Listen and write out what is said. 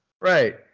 Right